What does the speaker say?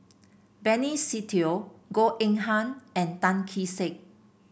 Benny Se Teo Goh Eng Han and Tan Kee Sek